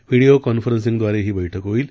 video कॉन्फरन्सिंगद्वारे ही बैठक होईल